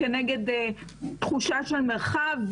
כנגד תחושה של מרחב,